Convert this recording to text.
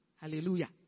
hallelujah